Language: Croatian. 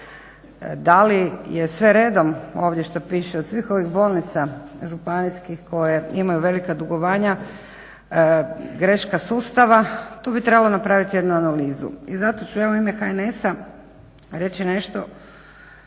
Da li je sve redom ovdje što piše od svih ovih bolnica županijskih koje imaju velika dugovanja greška sustava tu bi trebalo napraviti jednu analizu. I zato ću ja u ime HNS-a reći nešto